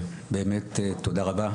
באמת תודה רבה,